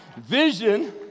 Vision